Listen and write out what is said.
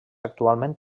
actualment